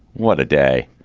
what a day.